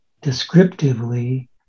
descriptively